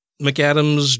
McAdams